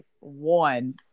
one